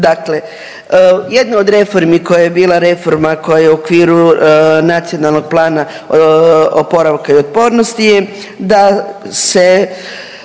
dakle jedna od reformi koja je bila reforma koja je u okviru Nacionalnog plana oporavka i otpornosti je da se